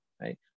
right